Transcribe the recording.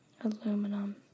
Aluminum